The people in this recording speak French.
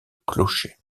clocher